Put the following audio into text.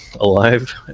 alive